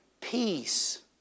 peace